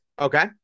Okay